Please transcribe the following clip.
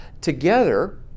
together